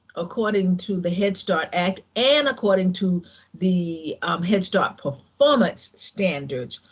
according to the head start act and according to the um head start performance standards,